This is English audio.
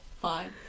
fine